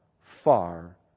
far